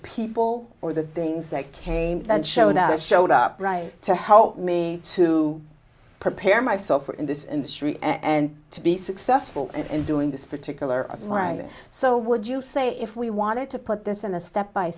people or the things that came that show now showed up right to help me to prepare myself for in this industry and to be successful in doing this particular assignment so would you say if we wanted to put this in a step by